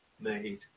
made